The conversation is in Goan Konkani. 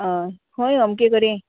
अय खंय अमकें कडेन